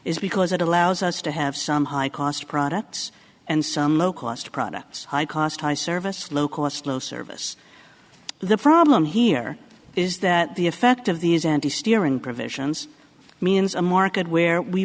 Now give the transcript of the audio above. is because it allows us to have some high cost products and some low cost products high cost high service low cost low service the problem here is that the effect of these anti steering provisions means a market where we